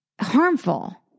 harmful